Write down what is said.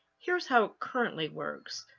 here is how it currently works.